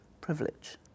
privilege